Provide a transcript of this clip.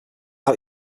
out